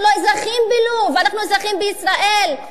אנחנו לא אזרחים בלוב, אנחנו אזרחים בישראל.